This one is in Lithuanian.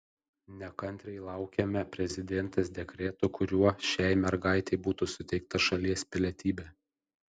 nekantriai laukiame prezidentės dekreto kuriuo šiai mergaitei būtų suteikta šalies pilietybė